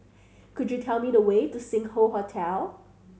could you tell me the way to Sing Hoe Hotel